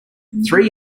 three